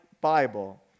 Bible